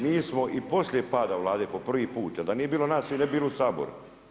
Mi smo i poslije pada Vlade po prvi put, jer da nije bilo nas vi ne bi bili u Saboru.